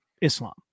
Islam